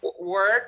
work